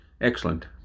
excellent